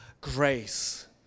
grace